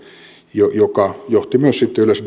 joka johti myös sitten